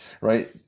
right